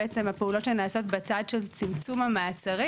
הפעולות שנעשות בצד של צמצום המעצרים